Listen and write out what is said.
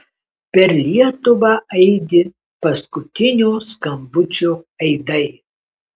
per lietuvą aidi paskutinio skambučio aidai